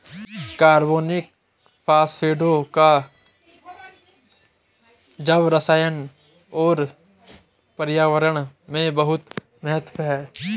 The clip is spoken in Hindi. कार्बनिक फास्फेटों का जैवरसायन और पर्यावरण में बहुत महत्व है